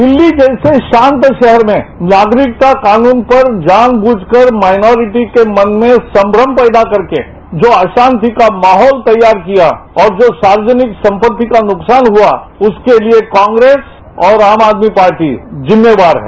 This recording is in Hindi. दिल्ली जैसे शांत शहर में नागरिकता कानून पर जानबुझकर माइनॉरिटी के मन में संघ्रम पैदा करके जो अशांति का माहौल तैयार किया और जो सार्वजनिक संपत्ति का नुकसान हुआ उसके लिए कांग्रेस और आम आदमी पार्टी जिम्मेवार है